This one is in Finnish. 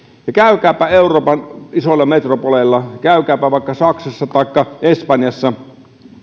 käykääpä euroopan isoissa metropoleissa käykääpä vaikka saksassa taikka espanjassa